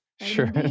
Sure